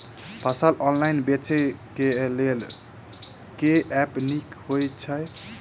फसल ऑनलाइन बेचै केँ लेल केँ ऐप नीक होइ छै?